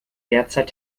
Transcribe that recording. derzeit